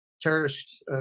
terrorists